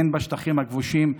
הן בשטחים הכבושים,